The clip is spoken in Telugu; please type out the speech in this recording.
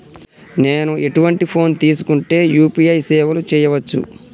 నేను ఎటువంటి ఫోన్ తీసుకుంటే యూ.పీ.ఐ సేవలు చేయవచ్చు?